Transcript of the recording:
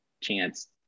chance